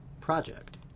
project